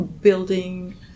building